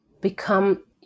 become